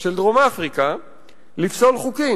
של דרום-אפריקה לפסול חוקים.